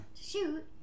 shoot